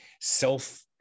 self